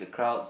crowds